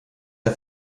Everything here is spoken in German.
der